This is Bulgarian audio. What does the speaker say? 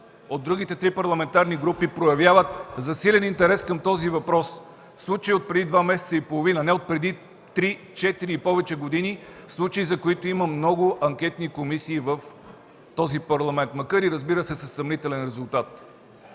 от другите три парламентарни групи проявяват засилен интерес към този въпрос. Случаят е отпреди два месеца и половина, а не отпреди три, четири или повече години, случаи, за които много анкетни комисии в този Парламент, макар и, разбира се, със съмнителен резултат...